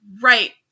right